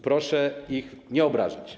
Proszę ich nie obrażać.